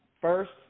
first